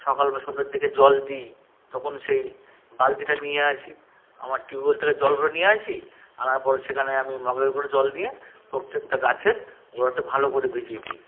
সকাল বা সন্ধ্যের দিকে জল দিই তখন সেই বালতিটা নিয়ে আসি আমার টিউবওয়েল থেকে জল ভরে নিয়ে আসি আনার পরে সেখানে আমি মগে করে জল নিয়ে প্রত্যেকটা গাছের গোড়াতে ভালো করে ভিজিয়ে দিই